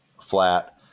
flat